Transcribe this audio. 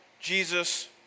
Jesus